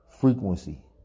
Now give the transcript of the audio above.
frequency